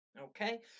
Okay